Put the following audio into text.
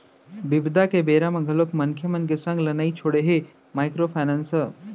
बिपदा के बेरा म घलोक मनखे मन के संग ल नइ छोड़े हे माइक्रो फायनेंस ह